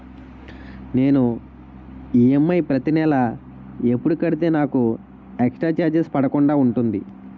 నేను ఈ.ఎమ్.ఐ ప్రతి నెల ఎపుడు కడితే నాకు ఎక్స్ స్త్ర చార్జెస్ పడకుండా ఉంటుంది?